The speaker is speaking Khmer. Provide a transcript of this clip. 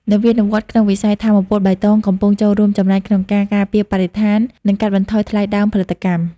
នវានុវត្តន៍ក្នុងវិស័យថាមពលបៃតងកំពុងចូលរួមចំណែកក្នុងការការពារបរិស្ថាន និងកាត់បន្ថយថ្លៃដើមផលិតកម្ម។